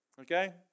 Okay